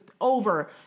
over